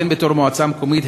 הן בתור מועצה מקומית,